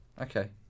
okay